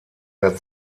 der